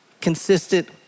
consistent